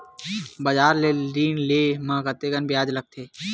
बजार ले ऋण ले म कतेकन ब्याज लगथे?